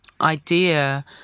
idea